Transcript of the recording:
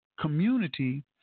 community